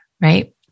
right